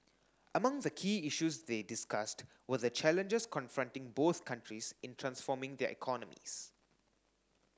among the key issues they discussed were the challenges confronting both countries in transforming their economies